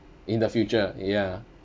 in the future ya